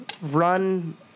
run